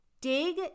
Dig